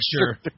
sure